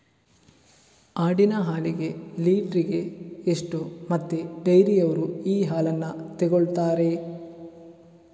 ಆಡಿನ ಹಾಲಿಗೆ ಲೀಟ್ರಿಗೆ ಎಷ್ಟು ಮತ್ತೆ ಡೈರಿಯವ್ರರು ಈ ಹಾಲನ್ನ ತೆಕೊಳ್ತಾರೆ?